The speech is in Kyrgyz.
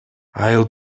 айыл